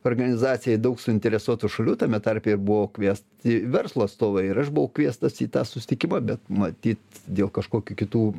organizacija daug suinteresuotų šalių tame tarpe buvo kviesti verslo atstovai ir aš buvau kviestas į tą susitikimą bet matyt dėl kažkokių kitų